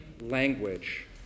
language